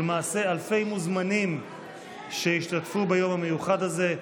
ולמעשה אלפי מוזמנים ישתתפו ביום המיוחד הזה,